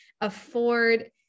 afford